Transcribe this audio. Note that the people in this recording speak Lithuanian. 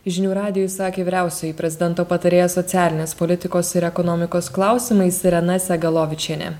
žinių radijui sakė vyriausioji prezidento patarėja socialinės politikos ir ekonomikos klausimais irena segalovičienė